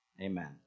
Amen